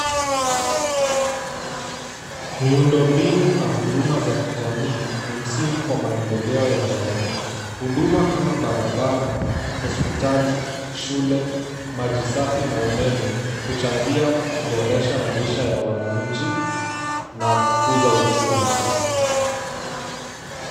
Miundo mbinu na huduma za kijamii ni msingi kwa maendeleo ya jamii. Huduma kama barabara, hospitali, shule, maji safi na umeme huchangia kuboresha maisha ya wananchi na kukuza uchumi.